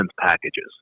packages